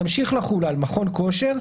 ימשיך לחול על: "(4) מכון כושר,